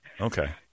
Okay